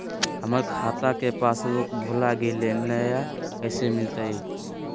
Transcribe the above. हमर खाता के पासबुक भुला गेलई, नया कैसे मिलतई?